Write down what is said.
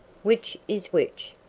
which is which?